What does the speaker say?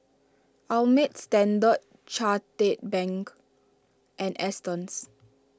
Ameltz Standard Chartered Bank and Astons